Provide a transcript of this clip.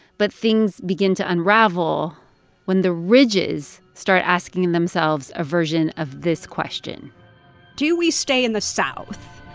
but things begin to unravel when the ridges start asking themselves a version of this question do we stay in the south